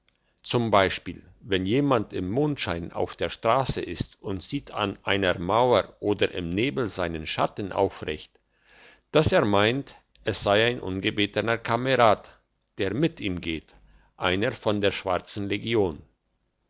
z b wenn jemand im mondschein auf der strasse ist und sieht an einer mauer oder im nebel seinen schatten aufrecht dass er meint es sei ein ungebetener kamerad der mit ihm geht einer von der schwarzen legion